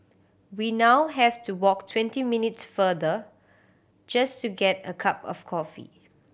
we now have to walk twenty minutes farther just to get a cup of coffee